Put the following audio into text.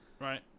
right